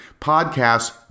Podcasts